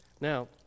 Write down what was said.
Now